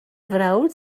frawd